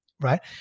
right